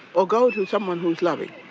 or go to someone who's loving,